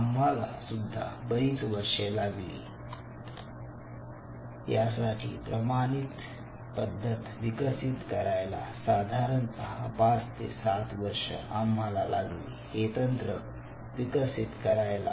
आम्हाला सुद्धा बरीच वर्ष लागली यासाठी प्रमाणित पद्धत विकसित करायला साधारणतः 5 ते 7 वर्ष आम्हाला लागली हे तंत्र विकसित करायला